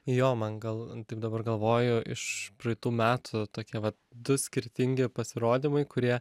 jo man gal taip dabar galvoju iš praeitų metų tokie va du skirtingi pasirodymai kurie